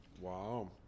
Wow